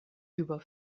über